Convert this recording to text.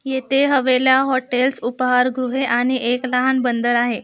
येथे हवेला हॉटेल्स उपहारगृहे आणि एक लहान बंदर आहे